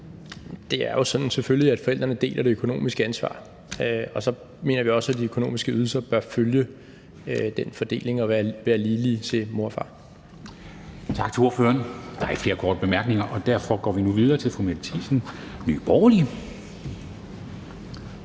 Det er jo sådan, at forældrene selvfølgelig deler det økonomiske ansvar, og så mener vi også, at de økonomiske ydelser bør følge den fordeling og være ligelige til mor og far.